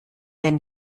den